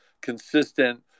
consistent